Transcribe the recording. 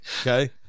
Okay